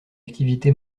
activité